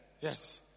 Yes